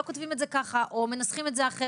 לא כותבים את זה ככה' או מנסחים את זה אחרת,